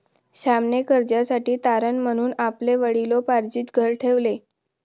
श्यामने कर्जासाठी तारण म्हणून आपले वडिलोपार्जित घर ठेवले